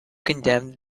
condemned